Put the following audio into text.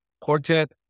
quartet